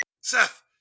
Seth